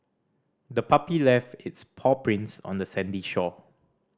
the puppy left its paw prints on the sandy shore